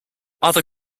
other